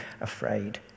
afraid